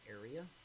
area